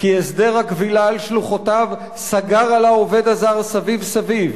כי הסדר הכבילה על שלוחותיו סגר על העובד הזר סביב-סביב,